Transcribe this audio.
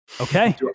Okay